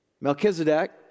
Melchizedek